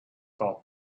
thought